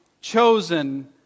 chosen